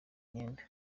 imyenda